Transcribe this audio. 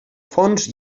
fons